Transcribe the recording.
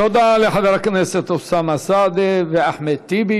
תודה לחבר הכנסת אוסאמה סעדי ואחמד טיבי,